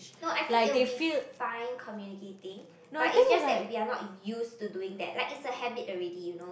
no I think it'll be fine communicating but it's just that we are not used to doing that like it's a habit already you know